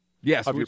Yes